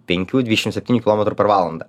penkių dvidešim septynių kilometrų per valandą